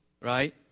right